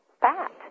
fat